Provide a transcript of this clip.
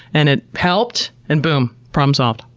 and it helped, and boom. problem solved.